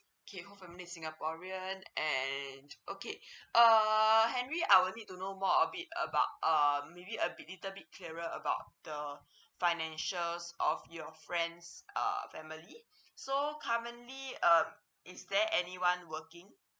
okay whole family is singaporean and okay uh henry I will need to know more a bit about uh may be a bit little bit clearer about the financial of your friend's uh family so currently uh is there anyone working